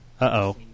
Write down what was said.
Uh-oh